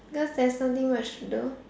cause there's something much to do